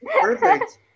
Perfect